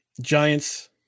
Giants